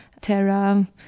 Terra